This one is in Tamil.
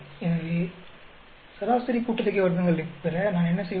எனவே சராசரி கூட்டுத்தொகை வர்க்கங்கள் பெற நான் என்ன செய்வது